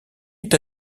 est